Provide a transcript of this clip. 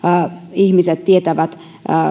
ihmiset tietävät